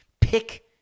pick